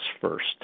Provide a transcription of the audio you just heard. first